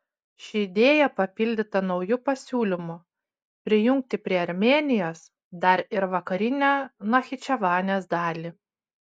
ši idėja papildyta nauju pasiūlymu prijungti prie armėnijos dar ir vakarinę nachičevanės dalį